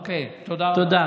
אוקיי, תודה.